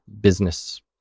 business